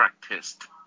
practiced